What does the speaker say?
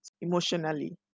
emotionally